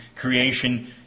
creation